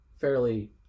fairly